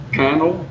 panel